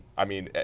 i mean,